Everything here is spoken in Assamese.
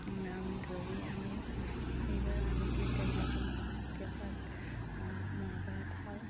নাম ধৰি আমি সেইবাৰ আমি তিৰোতাবিলাকে মাহ প্ৰসাদ মাহ প্ৰসাদ খাওঁ